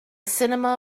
cinema